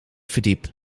verdiep